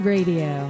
Radio